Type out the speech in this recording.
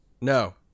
No